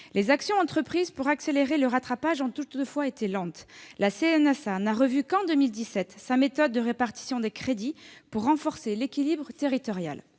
Les actions entreprises pour accélérer le rattrapage ont toutefois été lentes. Ainsi, la CNSA n'a revu qu'en 2017 sa méthode de répartition des crédits pour renforcer l'équité territoriale.